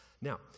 Now